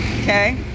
okay